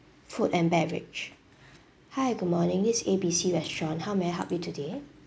food and beverage hi good morning this A B C restaurant how may I help you today